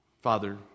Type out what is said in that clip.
Father